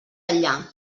enllà